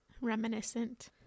Reminiscent